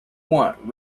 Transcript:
want